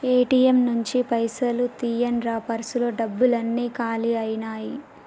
ATM నుంచి పైసలు తీయండ్రా పర్సులో డబ్బులన్నీ కాలి అయ్యినాయి